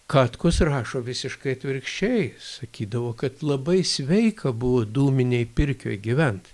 katkus rašo visiškai atvirkščiai sakydavo kad labai sveika buvo dūminėj pirkioj gyvent